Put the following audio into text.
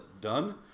done